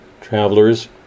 travelers